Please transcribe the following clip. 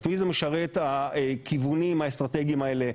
את מי זה משרת הכיוונים האסטרטגיים האלה?